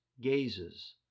gazes